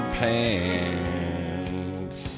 pants